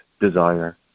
desire